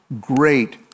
great